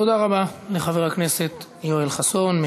תודה רבה לחבר הכנסת יואל חסון.